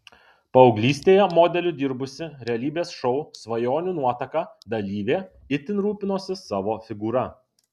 paauglystėje modeliu dirbusi realybės šou svajonių nuotaka dalyvė itin rūpinosi savo figūra